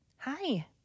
Hi